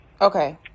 Okay